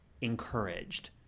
encouraged